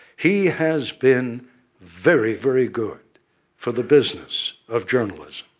he has been very, very good for the business of journalism.